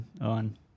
on